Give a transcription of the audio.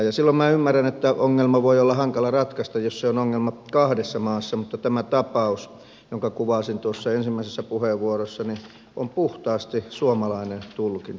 silloin minä ymmärrän että ongelma voi olla hankala ratkaista jos se on ongelma kahdessa maassa mutta tämä tapaus jonka kuvasin ensimmäisessä puheenvuorossani on puhtaasti suomalainen tulkinta